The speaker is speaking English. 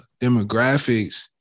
demographics